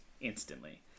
instantly